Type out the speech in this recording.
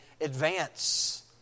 advance